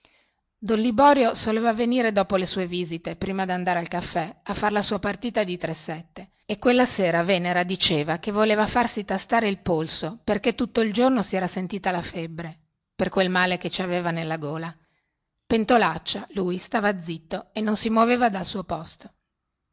don liborio soleva venire dopo le sue visite prima dandare al caffè a far la sua partita di tresette e quella sera venera diceva che voleva farsi tastare il polso perchè tutto il giorno si era sentita la febbre per quel male che ci aveva nella gola pentolaccia lui stava zitto e non si muoveva dal suo posto